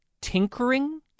tinkering